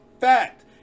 fact